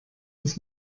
das